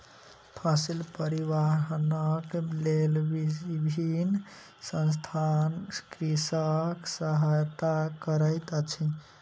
फसिल परिवाहनक लेल विभिन्न संसथान कृषकक सहायता करैत अछि